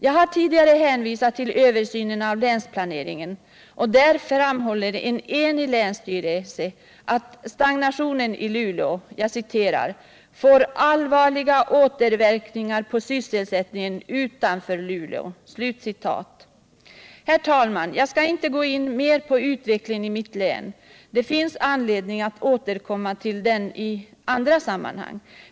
Jag har tidigare hänvisat till översynen av länsplaneringen, där en enig länsstyrelse framhåller att stagnationen i Luleå ”får allvarliga återverkningar på sysselsättningen utanför Luleå”. Jag skall inte närmare gå in på utvecklingen i mitt hemlän. Det finns anledning att återkomma till den i andra sammanhang.